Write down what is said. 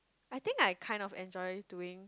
I think I kind of enjoy doing